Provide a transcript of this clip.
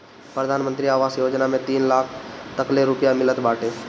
प्रधानमंत्री आवास योजना में तीन लाख तकले रुपिया मिलत बाटे